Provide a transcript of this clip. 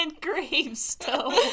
gravestone